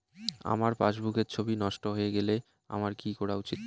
আমার পাসবুকের ছবি নষ্ট হয়ে গেলে আমার কী করা উচিৎ?